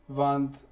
want